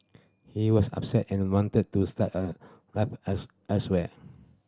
he was upset and wanted to start a life else elsewhere